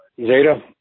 Zeta